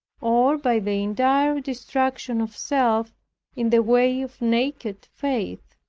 or by the entire destruction of self in the way of naked faith.